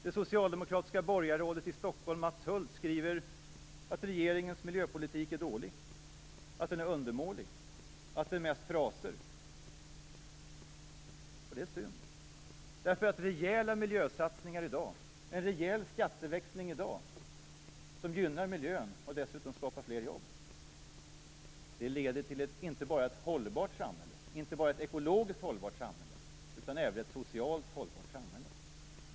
Det socialdemokratiska borgarrådet i Stockholm, Mats Hulth, skriver att regeringens miljöpolitik är dålig, att den är undermålig och att det mest är fraser. Det är synd. Rejäla miljösatsningar i dag - en rejäl skatteväxling - som gynnar miljön och dessutom skapar fler jobb leder inte bara till ett ekologiskt utan även socialt hållbart samhälle.